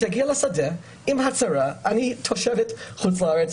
היא תגיע לשדה עם הצהרה האומרת שהיא תושבת חוץ לארץ,